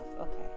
okay